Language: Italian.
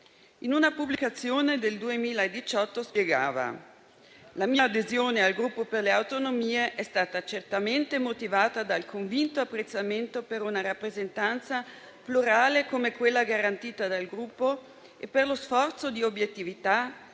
In una pubblicazione del 2018 spiegava che la sua adesione al Gruppo Per le Autonomie è stata certamente motivata dal convinto apprezzamento per una rappresentanza plurale come quella garantita dal Gruppo e per lo sforzo di obiettività,